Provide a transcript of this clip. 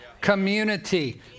community